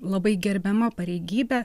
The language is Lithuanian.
labai gerbiama pareigybė